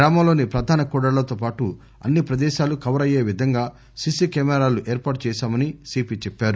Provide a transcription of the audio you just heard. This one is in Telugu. గ్రామంలోని ప్రధాన కూడళ్లతో పాటు అన్ని ప్రదేశాలు కవర్ అయ్యే విధంగా సీపీ కెమెరాలు ఏర్పాటు చేశామని సీపీ చెప్పారు